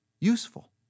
useful